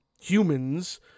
humans